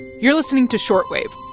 you're listening to short wave.